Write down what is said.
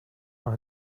are